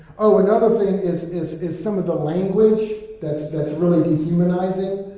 oh, another thing is, is is some of the language that's that's really dehumanizing.